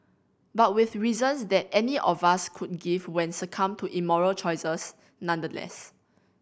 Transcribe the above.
but with reasons that any of us could give when succumbed to immoral choices nonetheless